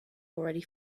already